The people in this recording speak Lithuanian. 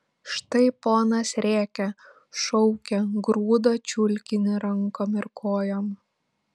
štai ponas rėkia šaukia grūda čiulkinį rankom ir kojom